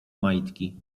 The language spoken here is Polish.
majtki